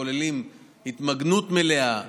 שכוללים התמגנות מלאה,